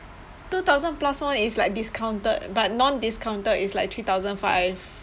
two thousand plus won is like discounted but non-discounted is like three throusand five